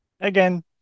again